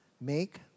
Make